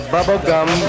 Bubblegum